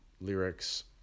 lyrics